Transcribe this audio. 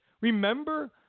Remember